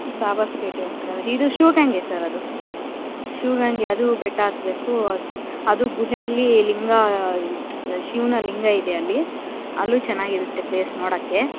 ದಾಬಸ್ ಪೇಟೆ ಹತ್ರ ಇದು ಶಿವಗಂಗೆ ಸರ್ ಅದು ಶಿವಗಂಗೆ ಅದು ಬೆಟ್ಟ ಹತ್ಬೇಕು ಅದು ಅದು ಗುಹೆಯಲ್ಲಿ ಲಿಂಗ ಶಿವನ ಲಿಂಗ ಇದೆ ಅಲ್ಲಿ ಅಲ್ಲೂ ಚೆನ್ನಾಗಿರುತ್ತೆ ಪ್ಲೇಸ್ ನೋಡೋಕ್ಕೆ